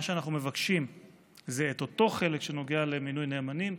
מה שאנחנו מבקשים זה לדחות את אותו חלק שנוגע למינוי נאמנים.